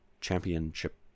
championship